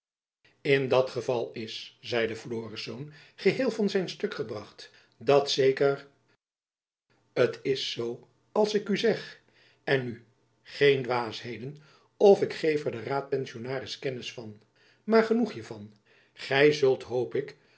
indien dat het geval is zeide florisz geheel van zijn stuk gebracht dan zeker t is zoo als ik u zeg en nu geen dwaasheden of ik geef er den raadpensionaris kennis van maar genoeg hiervan gy zult hoop ik